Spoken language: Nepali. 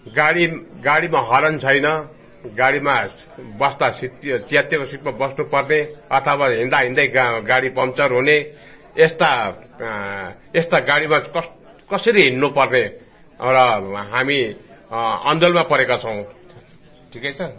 गाडी गाडीमा हरन छैन गाडीमा बस्दा सिट च्यातिएको सिटमा बस्नुपर्ने अथवा हिँड्दा हिँड्दै गाडी पङचर हुने यस्ता यस्ता गाडीमा कस कसरी हिँड्नु पर्ने एउटा हामी अन्योलमा परेका छौँ ठिकै छ